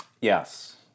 Yes